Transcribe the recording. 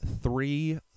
three